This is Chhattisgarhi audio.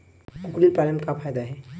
कुकरी ल पाले म का फ़ायदा हवय?